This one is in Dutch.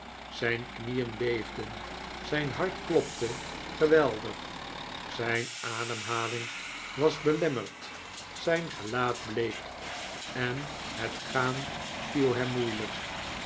zijne knieen beefden zijn hart klopte geweldig zyne ademhaling was belemmerd zijn gelaat bleek en het gaan viel hem moeielijk